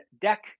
deck